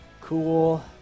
Cool